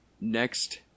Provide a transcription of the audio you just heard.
next